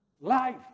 Life